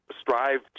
strive